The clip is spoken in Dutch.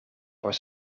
voor